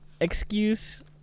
excuse